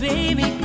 Baby